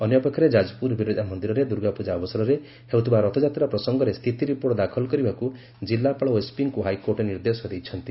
ଅନ୍ୟପକ୍ଷରେ ଯାଜପୁର ବିରଜା ମନ୍ଦିରରେ ଦୁର୍ଗାପୂଜା ଅବସରରେ ହେଉଥିବା ରଥଯାତ୍ରା ପ୍ରସଙ୍ଗରେ ସ୍ଥିତି ରିପୋର୍ଟ ଦାଖଲ କରିବାକୁ ଜିଲ୍ଲାପାଳ ଓ ଏସ୍ପିଙ୍କୁ ହାଇକୋର୍ଟ ନିର୍ଦ୍ଦେଶ ଦେଇଛନ୍ତି